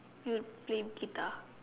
would play guitar